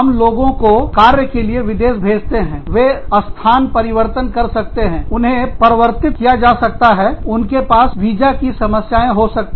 हम लोगों को कार्य के लिए विदेश भेजते हैं वे स्थान परिवर्तन कर सकते हैं उन्हें प्रवर्तित किया जा सकता है उनके पास वीजा की समस्याएं हो सकती